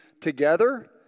together